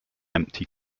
empty